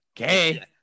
Okay